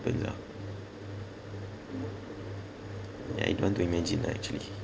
happen lah I don't want to imagine ah actually